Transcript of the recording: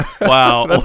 Wow